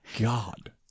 god